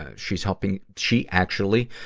ah she's helping, she actually,